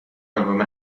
آلبوم